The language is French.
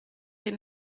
des